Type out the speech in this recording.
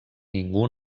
ningú